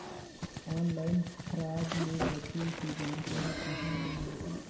Online fraud ले बचे के जानकारी कहां ले मिलही?